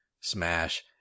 smash